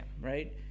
right